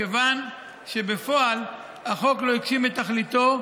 כיוון שבפועל החוק לא הגשים את תכליתו,